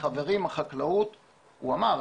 הוא אמר,